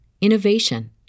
innovation